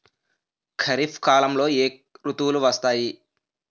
ఖరిఫ్ కాలంలో ఏ ఋతువులు వస్తాయి?